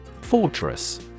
Fortress